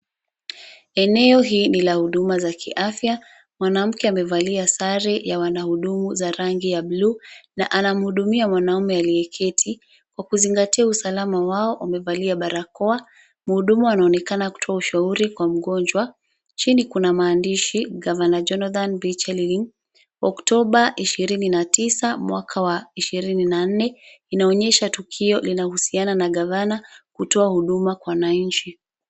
Eneo hii ni la huduma za kiafya. Mwanamke amevalia sare ya wanahudumu za rangi ya buluu. Na anamhudumia mwanaume alieketi kwa kuzingatia usalama wao amevalia barakoa. Mhudumu anaonekana kutoa ushauri kwa mgonjwa . Chini kuna maandishi governor Jonathan Bii Chelilim, Octoba ishirini na tisa mwaka wa ishirini na nne. Inaonyesha tukio linahusiana na gavana kutoa huduma kwa wananchi .